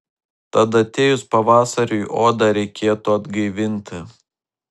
tad atėjus pavasariui odą reikėtų atgaivinti